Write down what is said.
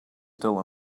still